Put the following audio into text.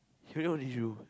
you know what they do